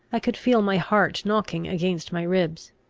i could feel my heart knocking against my ribs.